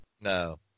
no